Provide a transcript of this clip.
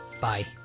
Bye